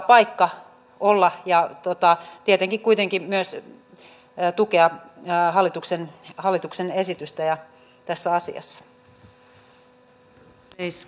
he ovat kertakaikkisen korkeakoulutettuja kavereita he ovat täysin etääntyneitä siitä missä tuolla työpaikoilla oikeasti mennään